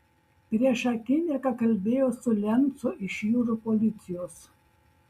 prieš akimirką kalbėjau su lencu iš jūrų policijos